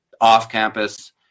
off-campus